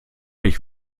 ich